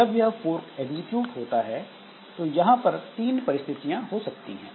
जब यह fork execute होता है तो यहां पर तीन परिस्थितियां हो सकती हैं